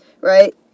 right